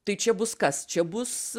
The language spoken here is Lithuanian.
tai čia bus kas čia bus